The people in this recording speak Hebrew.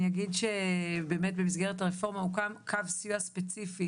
אני אגיד שבאמת במסגרת הרפורמה קו סיוע ספציפי